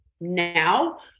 now